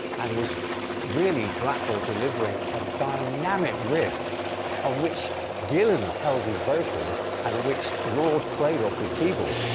and was really blackmore delivering a dynamic riff ah which gillan ah held his vocals and which lord played off with keyboard.